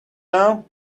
now